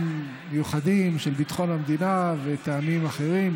מיוחדים של ביטחון המדינה וטעמים אחרים,